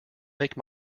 make